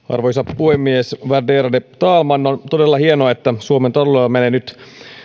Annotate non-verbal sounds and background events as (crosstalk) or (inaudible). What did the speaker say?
(unintelligible) arvoisa puhemies värderade talman on todella hienoa että suomen taloudella menee nyt